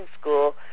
school